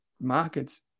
markets